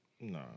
No